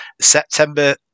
September